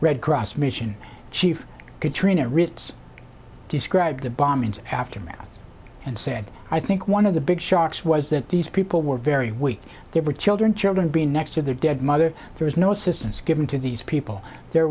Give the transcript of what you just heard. red cross mission chief katrina ritz described the bombings aftermath and said i think one of the big sharks was that these people were very weak they were children children being next to their dead mother there was no assistance given to these people there